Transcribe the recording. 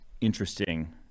interesting